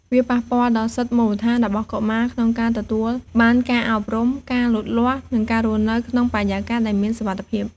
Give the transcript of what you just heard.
វាប៉ះពាល់ដល់សិទ្ធិមូលដ្ឋានរបស់កុមារក្នុងការទទួលបានការអប់រំ ការលូតលាស់ និងការរស់នៅក្នុងបរិយាកាសដែលមានសុវត្ថិភាព។